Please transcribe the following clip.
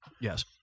Yes